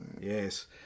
Yes